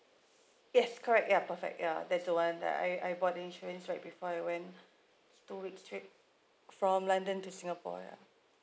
yes correct ya perfect ya that's the one that I I bought insurance right before I went two weeks trip from london to singapore ya